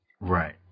Right